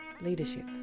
leadership